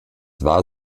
war